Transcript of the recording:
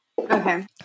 Okay